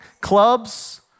clubs